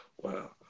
Wow